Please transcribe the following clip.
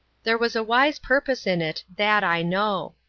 there was a wise purpose in it, that i know.